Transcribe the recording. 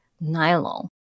nylon